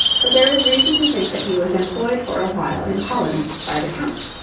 but there is reason to think that he was employed for a while in holland by the count.